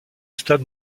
stade